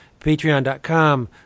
Patreon.com